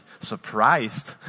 surprised